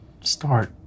start